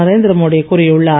நரேந்திரமோடி கூறியுள்ளார்